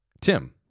Tim